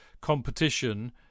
competition